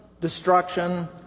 destruction